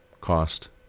cost